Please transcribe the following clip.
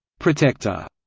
protector,